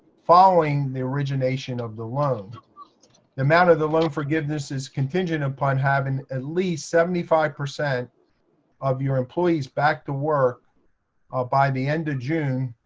following the origination of the loan. the amount of the loan forgiveness is contingent upon having at least seventy five percent of your employees back to work ah by the end of june,